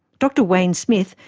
dr wayne smith,